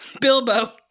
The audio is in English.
Bilbo